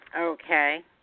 Okay